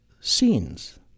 scenes